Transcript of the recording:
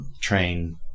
train